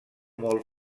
molt